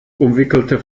umwickelte